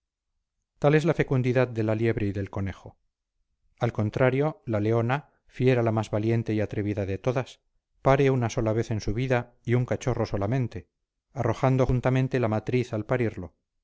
tal es la fecundidad de la liebre y del conejo al contrario la leona fiera la más valiente y atrevida de todas pare una sola vez en su vida y un cachorro solamente arrojando juntamente la matriz al parirlo